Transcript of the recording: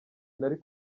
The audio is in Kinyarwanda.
nari